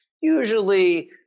usually –